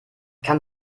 kann